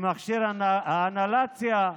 למכשיר האינהלציה,